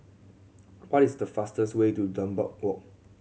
what is the fastest way to Dunbar Walk